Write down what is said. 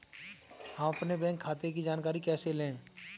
हम अपने बैंक खाते की जानकारी कैसे लें?